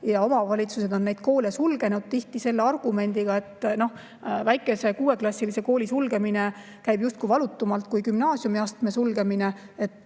Omavalitsused on neid koole sulgenud tihti selle argumendiga, et väikese kuueklassilise kooli sulgemine käib justkui valutumalt kui gümnaasiumiastme sulgemine,